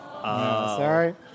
Sorry